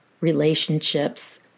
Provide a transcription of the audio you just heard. relationships